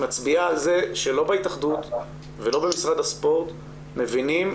מצביעה על זה שלא בהתאחדות ולא במשרד הספורט מבינים,